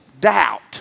doubt